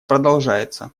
продолжается